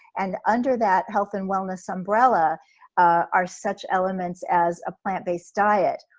and under that health and wellness umbrella are such elements as a plant-based diet,